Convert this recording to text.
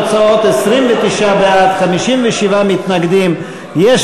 הצעת סיעת יהדות התורה להביע אי-אמון בממשלה לא נתקבלה.